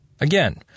Again